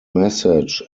message